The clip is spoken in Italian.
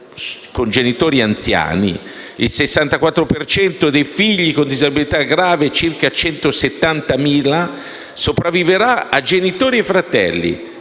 sono genitori anziani. Il 64 per cento dei figli con disabilità grave (circa 170.000) sopravvivrà a genitori e a fratelli.